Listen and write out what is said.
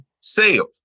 sales